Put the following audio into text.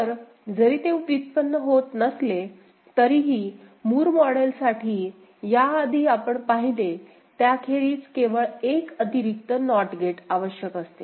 तर जरी ते व्युत्पन्न होत नसले तरीही मूर मॉडेलसाठी याआधी आपण पाहिले त्याखेरीज केवळ एक अतिरिक्त नॉट गेट आवश्यक असते